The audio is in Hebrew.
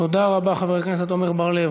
תודה רבה, חבר הכנסת עמר בר-לב.